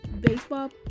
baseball